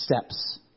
steps